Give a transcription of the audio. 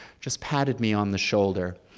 just patted me on the shoulder,